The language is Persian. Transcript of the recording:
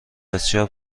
بسیار